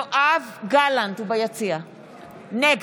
יואב גלנט, נגד